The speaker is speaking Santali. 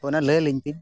ᱚᱱᱟ ᱞᱟᱹᱭ ᱟᱹᱞᱤᱧ ᱵᱤᱱ